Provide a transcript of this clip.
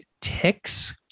ticks